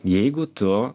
jeigu tu